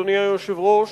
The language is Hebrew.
אדוני היושב-ראש.